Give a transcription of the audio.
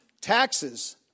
Taxes